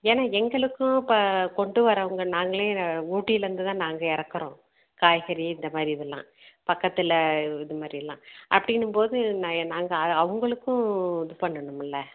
ஏன்னால் எங்களுக்கும் இப்போ கொண்டு வர்றவங்க நாங்களே ஊட்டிலேருந்து தான் நாங்கள் இறக்குறோம் காய்கறி இந்த மாதிரி இதெல்லாம் பக்கத்தில் இது மாதிரில்லாம் அப்படின்னும் போது ந எ நாங்கள் அவங்களுக்கும் இது பண்ணணுமல்லே